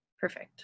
Perfect